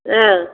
ஆ